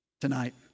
tonight